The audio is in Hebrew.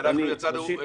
כי אנחנו לא יודעים.